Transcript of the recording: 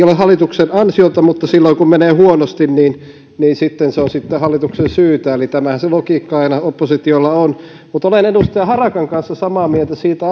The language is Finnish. ole hallituksen ansiota mutta silloin kun menee huonosti sitten se on hallituksen syytä eli tämähän se logiikka aina oppositiolla on mutta edustaja harakan kanssa olen samaa mieltä siitä